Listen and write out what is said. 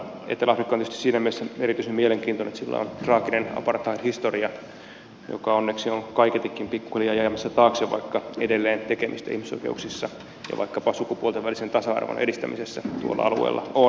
etelä afrikka on tietysti siinä mielessä erityisen mielenkiintoinen että sillä on traaginen apartheidhistoria joka onneksi on kaiketikin pikkuhiljaa jäämässä taakse vaikka edelleen tekemistä ihmisoikeuksissa ja vaikkapa sukupuolten välisen tasa arvon edistämisessä tuolla alueella on